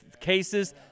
cases